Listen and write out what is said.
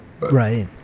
Right